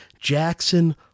Jackson